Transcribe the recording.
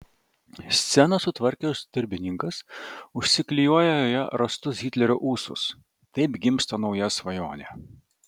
sceną sutvarkęs darbininkas užsiklijuoja joje rastus hitlerio ūsus taip gimsta nauja svajonė